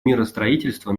миростроительства